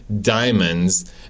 diamonds